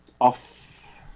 off